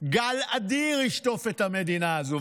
גל אדיר ישטוף את המדינה הזו,